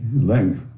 length